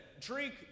Drink